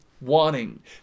wanting